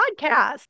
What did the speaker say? podcast